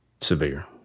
severe